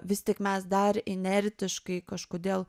vis tik mes dar inertiškai kažkodėl